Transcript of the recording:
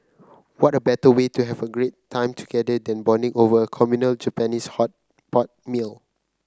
what a better way to have great time together than bonding over a communal Japanese hot pot meal